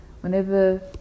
whenever